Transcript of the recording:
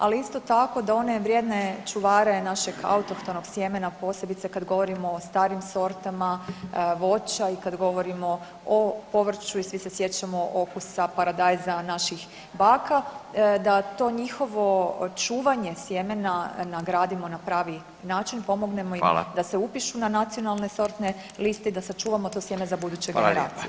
Ali isto tako da one vrijedne čuvare našeg autohtonog sjemena posebice kad govorimo o starim sortama voća i kad govorimo o povrću i svi se sjećamo okusa paradajza naših baka da to njihovo čuvanje sjemena nagradimo na pravi način, pomognemo im da se upišu na nacionalne sortne liste i da sačuvamo to sjeme za buduće generacije.